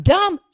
Dumb